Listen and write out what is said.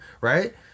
Right